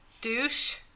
douche